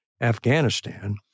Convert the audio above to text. Afghanistan